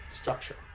structure